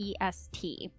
est